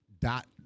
dot